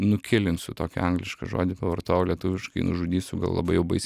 nukilinsiu tokį anglišką žodį pavartojau lietuviškai nužudysiu gal labai jau baisiai